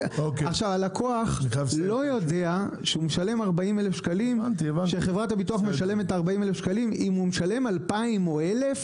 הלקוח לא יודע אם החברה משלמת 40,000 שקלים ואם הוא משלם 2,000 או 1,000